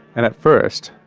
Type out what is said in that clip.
and at first,